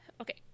Okay